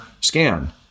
scan